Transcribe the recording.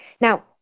Now